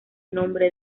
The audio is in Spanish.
nombre